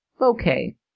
okay